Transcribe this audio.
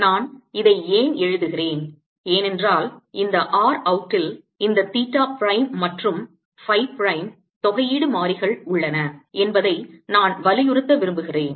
நான் இதை ஏன் எழுதுகிறேன் ஏனென்றால் இந்த R அவுட்டில் இந்த தீட்டா பிரைம் மற்றும் phi பிரைம் தொகையீடு மாறிகள் உள்ளன என்பதை நான் வலியுறுத்த விரும்புகிறேன்